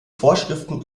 vorschriften